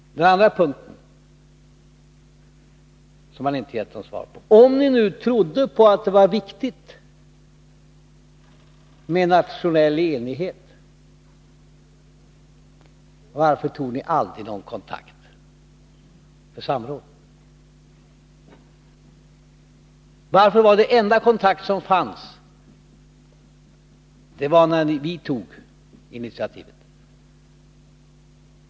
Den andra punkten där Thorbjörn Fälldin inte gett något svar är denna: Om ni trodde att det var viktigt med nationell enighet, varför tog ni då aldrig någon kontakt med oss för samråd? Den enda kontakt som förekom var den som vi tog initiativ till.